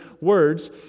words